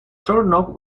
doorknob